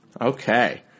Okay